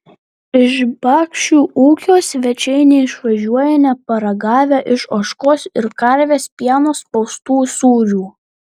iš bakšių ūkio svečiai neišvažiuoja neparagavę iš ožkos ir karvės pieno spaustų sūrių